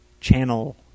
channel